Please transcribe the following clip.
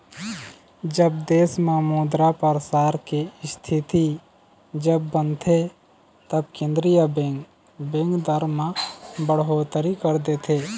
जब देश म मुद्रा परसार के इस्थिति जब बनथे तब केंद्रीय बेंक, बेंक दर म बड़होत्तरी कर देथे